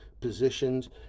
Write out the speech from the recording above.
positions